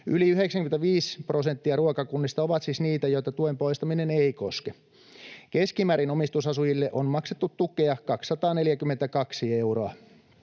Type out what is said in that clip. Yli 95 prosenttia ruokakunnista on siis niitä, joita tuen poistaminen ei koske. Keskimäärin omistusasujille on maksettu tukea 242 euroa